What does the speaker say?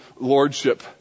lordship